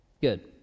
Good